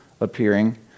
appearing